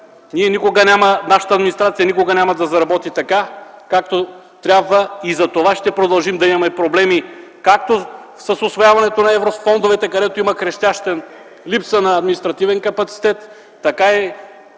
и така нататък, нашата администрация никога няма да заработи така, както трябва. И затова ще продължим да имаме проблеми както с усвояването на еврофондовете, където има крещяща липса на административен капацитет, така и